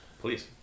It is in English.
please